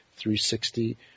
360